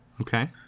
Okay